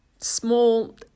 small